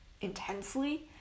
intensely